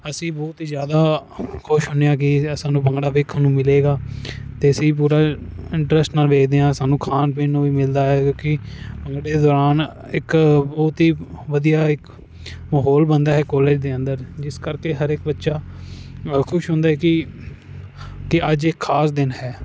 ਅਸੀਂ ਬਹੁਤ ਹੀ ਜ਼ਿਆਦਾ ਖੁਸ਼ ਹੁੰਦੇ ਹਾਂ ਕਿ ਸਾਨੂੰ ਭੰਗੜਾ ਵੇਖਣ ਨੂੰ ਮਿਲੇਗਾ ਅਸੀਂ ਵੀ ਪੂਰਾ ਇੰਟ੍ਰਸਟ ਨਾਲ ਵੇਖਦੇ ਹਾਂ ਸਾਨੂੰ ਖਾਣ ਪੀਣ ਨੂੰ ਵੀ ਮਿਲਦਾ ਹੈ ਕਿਉਂਕਿ ਭੰਗੜੇ ਦੌਰਾਨ ਇੱਕ ਬਹੁਤ ਹੀ ਵਧੀਆ ਇੱਕ ਮਾਹੌਲ ਬਣਦਾ ਹੈ ਕੋਲੇਜ ਦੇ ਅੰਦਰ ਜਿਸ ਕਰਕੇ ਹਰੇਕ ਬੱਚਾ ਖੁਸ਼ ਹੁੰਦਾ ਹੈ ਕੀ ਕੀ ਅੱਜ ਇਹ ਖਾਸ ਦਿਨ ਹੈ